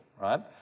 right